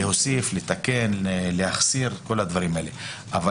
להוסיף או לתקן או להחסיר וכל הדברים האלה אבל